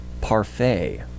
Parfait